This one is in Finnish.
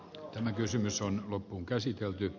tämä kysymys on loppuunkäsitelty